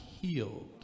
healed